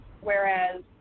Whereas